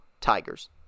Tigers